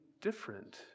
different